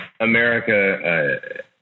America